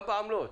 גם בעמלות.